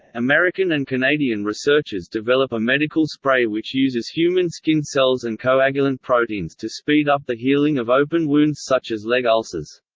american and canadian researchers develop a medical spray which uses human skin cells and coagulant proteins to speed up the healing of open wounds such as leg ulcers.